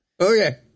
Okay